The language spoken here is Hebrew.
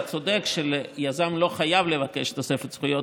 אתה צודק שיזם לא חייב לבקש תוספת זכויות.